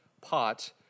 pot